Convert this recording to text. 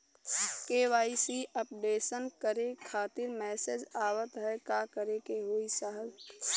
KYC updation करें खातिर message आवत ह का करे के होई साहब?